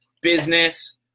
business